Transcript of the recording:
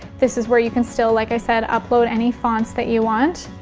this is where you can still, like i said, upload any fonts that you want